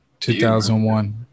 2001